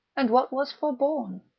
and what was forborne?